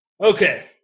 okay